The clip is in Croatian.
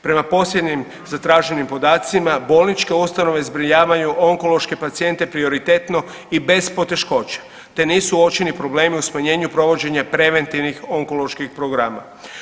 Prema posljednjim zatraženim podacima, bolničke ustanove zbrinjavaju onkološke pacijente prioritetno i bez poteškoća te nisu uočeni problemi u smanjenju provođenja preventivnih onkoloških programa.